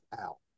out